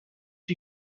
die